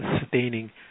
sustaining